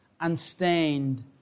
unstained